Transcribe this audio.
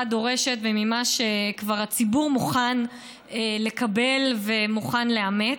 דורשת וממה שהציבור כבר מוכן לקבל ומוכן לאמץ.